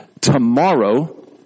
Tomorrow